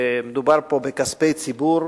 על כך שמדובר פה בכספי ציבור,